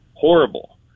Horrible